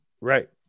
Right